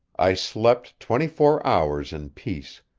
i slept twenty-four hours in peace,